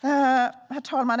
Herr talman!